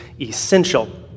essential